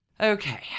Okay